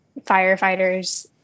firefighters